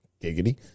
Giggity